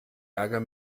ärger